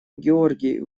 георгий